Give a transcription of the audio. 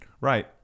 Right